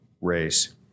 race